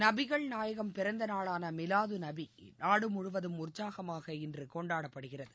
நபிகள் நாயகம் பிறந்த நாளான மிவாது நபி நாடு முழுவதும் உற்சாகமாக இன்று கொண்டாடப்படுகிறது